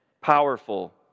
powerful